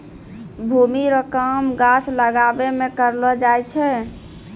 भूमि रो काम गाछ लागाबै मे करलो जाय छै